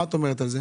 מה את אומרת על זה?